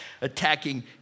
Attacking